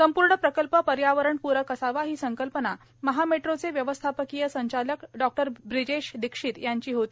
संपूर्ण प्रकल्प पर्यावरण पूरक असावा ही संकल्पना महामेट्रोचे व्यवस्थापकीय संचालक डॉ ब्रिजेश दीक्षित यांची होती